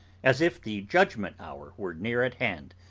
as if the judgment-hour were near at hand,